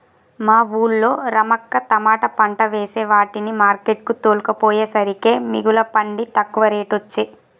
మా వూళ్ళో రమక్క తమాట పంట వేసే వాటిని మార్కెట్ కు తోల్కపోయేసరికే మిగుల పండి తక్కువ రేటొచ్చె